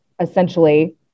essentially